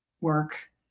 work